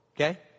Okay